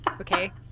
okay